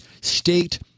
state